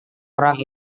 orang